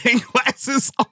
glasses